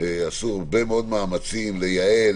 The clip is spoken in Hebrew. עשו הרבה מאוד מאמצים לייעל,